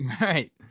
Right